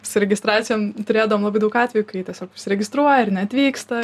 su registracijom turėdavom labai daug atvejų kai tiesiog užsiregistruoja ir neatvyksta